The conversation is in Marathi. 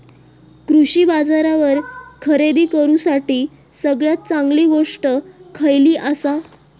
कृषी बाजारावर खरेदी करूसाठी सगळ्यात चांगली गोष्ट खैयली आसा?